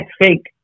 fake